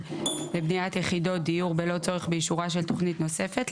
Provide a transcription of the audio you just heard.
לבניית יחידות דיור בלא צורך באישורה של תכנית נוספת,